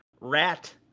rat